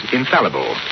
infallible